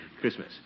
Christmas